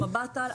במבט על,